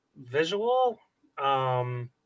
visual